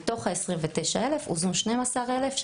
מתוך ה-29 אלף הוזנו 12 אלף,